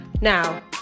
Now